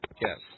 yes